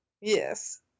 Yes